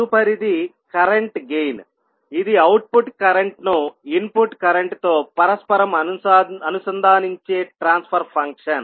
తదుపరిది current gain ఇది output కరెంట్ను ఇన్పుట్ కరెంట్తో పరస్పరం అనుసంధానించే ట్రాన్స్ఫర్ ఫంక్షన్